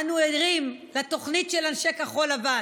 אנו ערים לתוכנית של אנשי כחול לבן: